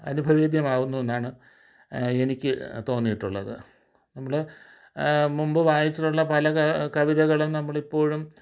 അനുഭവേധ്യം ആവുന്ന ഒന്നാണ് എനിക്ക് തോന്നിയിട്ടുള്ളത് നമ്മൾ മുമ്പ് വായിച്ചിട്ടുള്ള പല കവിതകളും നമ്മളിപ്പോഴും